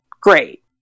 great